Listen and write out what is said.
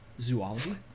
Zoology